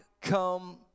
come